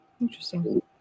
Interesting